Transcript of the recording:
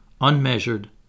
unmeasured